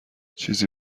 چیزی